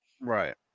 Right